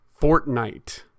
Fortnite